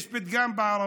יש פתגם בערבית